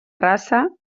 rasa